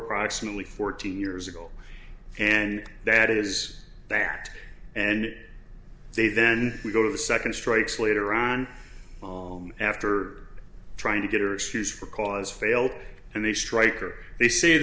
proximately fourteen years ago and that is that and they then we go to the second strikes later on after trying to get or excuse for cause failed and they strike or they say